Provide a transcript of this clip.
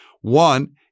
One